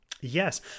Yes